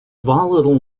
volatile